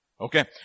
Okay